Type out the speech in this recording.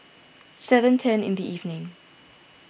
seven ten in the evening